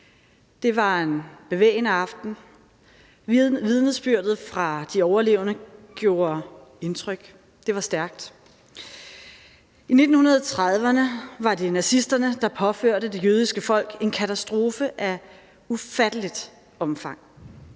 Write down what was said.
Det var en bevægende aften. Vidnesbyrdet fra de overlevende gjorde indtryk, og det var stærkt. I 1930'erne var det nazisterne, der påførte det jødiske folk en katastrofe af ufatteligt omfang.